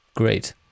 Great